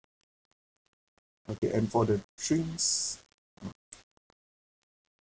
okay and for the drinks mm